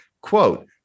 quote